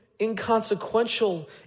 inconsequential